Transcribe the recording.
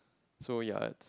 so ya it's